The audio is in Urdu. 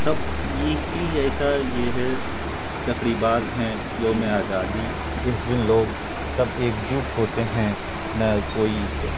سب یہی ایسا یہ ہے تقریبات ہیں یوم آزادی اس دن لوگ سب ایک جٹ ہوتے ہیں نہ کوئی